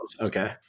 Okay